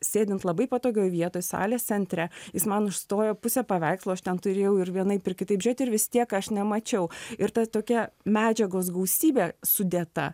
sėdint labai patogioj vietoj salės centre jis man užstojo pusę paveikslo aš ten turėjau ir vienaip ir kitaip žiūrėt ir vis tiek aš nemačiau ir ta tokia medžiagos gausybė sudėta